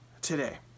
today